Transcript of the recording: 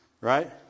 right